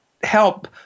help